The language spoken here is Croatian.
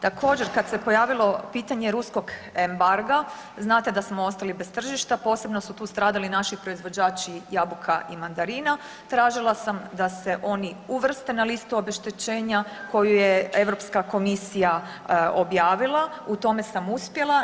Također kad se pojavilo pitanje ruskog embarga, znate da smo ostali bez tržišta, posebno su tu stradali naši proizvođači jabuka i mandarina, tražila sam da se oni uvrste na listu obeštećenja koju je Europska komisija objavila, u tome sam uspjela.